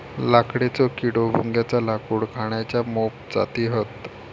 लाकडेचो किडो, भुंग्याच्या लाकूड खाण्याच्या मोप जाती हत